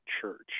church